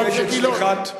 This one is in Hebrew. אבל זה גילאון.